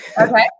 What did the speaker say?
Okay